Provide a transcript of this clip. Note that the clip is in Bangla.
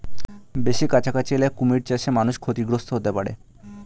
বেশি কাছাকাছি এলে কুমির চাষে মানুষ ক্ষতিগ্রস্ত হতে পারে